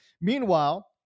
Meanwhile